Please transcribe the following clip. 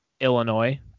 Illinois